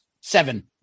Seven